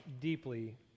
deeply